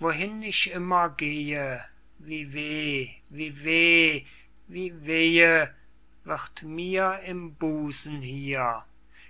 wohin ich immer gehe wie weh wie weh wie wehe wird mir im busen hier